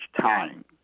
time